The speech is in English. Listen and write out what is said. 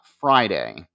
Friday